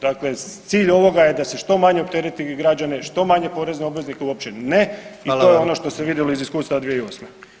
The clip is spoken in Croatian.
Dakle, cilj ovoga je da što manje optereti građane, što manje porezne obveznike uopće ne i to je ono [[Upadica: Hvala vam.]] što ste vidjeli iz iskustva 2008.